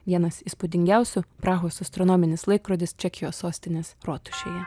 vienas įspūdingiausių prahos astronominis laikrodis čekijos sostinės rotušėje